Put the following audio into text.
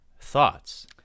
thoughts